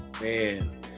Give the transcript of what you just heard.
Man